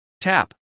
Tap